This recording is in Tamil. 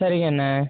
சரிங்கண்ண